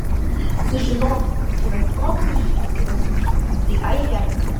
sužinotų kad čia bent koks ryšys yra su vyskupu tai ajajai